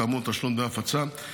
כאמור תשלום דמי הפצה,